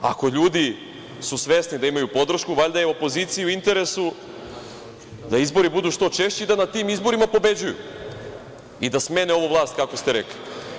Ako su ljudi svesni da imaju podršku valjda je opoziciji u interesu da izbori budu što češći i da na tim izborima pobeđuju i da smene ovu vlast kako ste rekli.